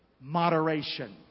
moderation